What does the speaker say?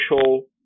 social